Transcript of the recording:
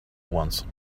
once